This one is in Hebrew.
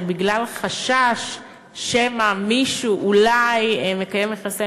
שבגלל חשש שמא מישהו אולי מקיים יחסי